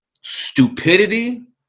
stupidity